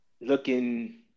looking